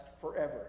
forever